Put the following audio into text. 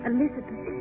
Elizabeth